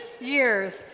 years